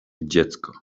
dziecko